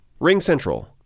RingCentral